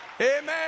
Amen